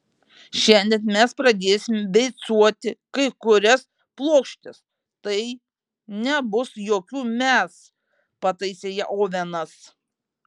šiandien mes pradėsime beicuoti kai kurias plokštes tai nebus jokių mes pataisė ją ovenas